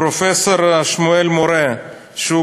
בְּשָׂרֵינוּ / מִכֶּם